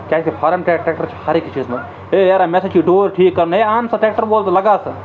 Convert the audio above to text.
کیٛازِکہِ فارَم ٹرٛے ٹرٛیکٹَر چھُ ہر أکِس چیٖزَس منٛز ہے یارا مےٚ ہَسا چھِ یہِ ڈوٗر ٹھیٖک کَرُن ہے اَنُن سا ٹرٛیکٹَر وول تہٕ لَگاو سا